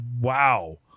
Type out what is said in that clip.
wow